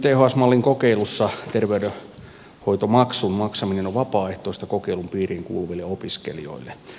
yths mallin kokeilussa terveydenhoitomaksun maksaminen on vapaaehtoista kokeilun piiriin kuuluville opiskelijoille